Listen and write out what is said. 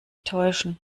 täuschen